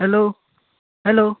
hello hello